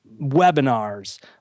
webinars